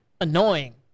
annoying